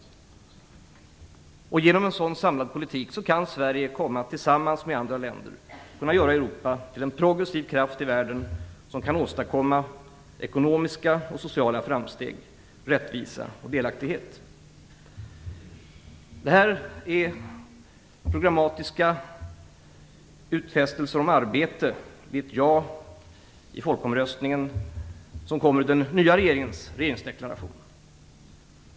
Genom en sådan samlad politik kan Sverige tillsammans med andra länder göra Europa till en progressiv kraft i världen som kan åstadkomma ekonomiska och sociala framsteg, rättvisa och delaktighet. Det är problematiska utfästelser om arbete vid ett ja i folkomröstningen som kommer i den nya regeringens regeringsdeklaration.